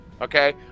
okay